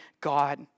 God